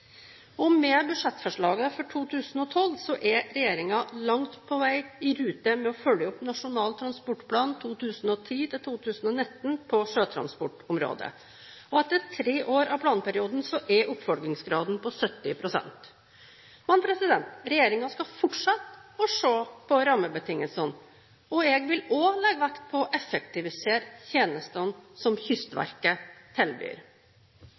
Med budsjettforslaget for 2012 er regjeringen langt på vei i rute med å følge opp Nasjonal transportplan for 2010–2019 på sjøtransportområdet. Etter tre år av planperioden er oppfølgingsgraden på 70 pst. Regjeringen skal fortsette å se på rammebetingelsene, og jeg vil også legge vekt på å effektivisere tjenestene som Kystverket tilbyr.